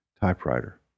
typewriter